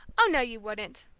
oh, no, you wouldn't,